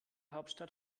hauptstadt